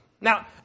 Now